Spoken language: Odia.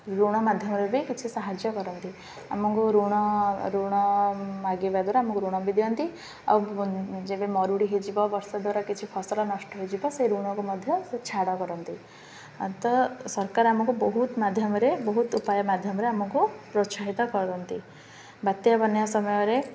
ଋଣ ମାଧ୍ୟମରେ ବି କିଛି ସାହାଯ୍ୟ କରନ୍ତି ଆମକୁ ଋଣ ଋଣ ମାଗିବା ଦ୍ୱାରା ଆମକୁ ଋଣ ବି ଦିଅନ୍ତି ଆଉ ଯେବେ ମରୁଡ଼ି ହେଇଯିବ ବର୍ଷା ଦ୍ୱାରା କିଛି ଫସଲ ନଷ୍ଟ ହୋଇଯିବ ସେ ଋଣକୁ ମଧ୍ୟ ସେ ଛାଡ଼ କରନ୍ତି ତ ସରକାର ଆମକୁ ବହୁତ ମାଧ୍ୟମରେ ବହୁତ ଉପାୟ ମାଧ୍ୟମରେ ଆମକୁ ପ୍ରୋତ୍ସାହିତ କରନ୍ତି ବାତ୍ୟା ବନ୍ୟା ସମୟରେ